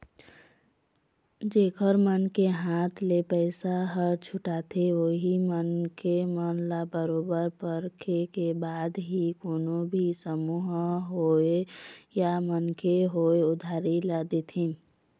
जेखर मन के हाथ ले पइसा ह छूटाथे उही मनखे मन ल बरोबर परखे के बाद ही कोनो भी समूह होवय या मनखे होवय उधारी ल देथे